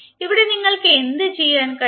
ഇവിടെ നിങ്ങൾക്ക് എന്തുചെയ്യാൻ കഴിയും